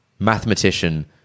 mathematician